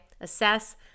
Assess